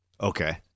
Okay